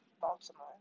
Baltimore